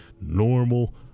normal